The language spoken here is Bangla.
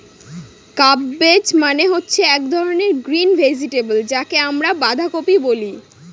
কাব্বেজ মানে হচ্ছে এক ধরনের গ্রিন ভেজিটেবল যাকে আমরা বাঁধাকপি বলে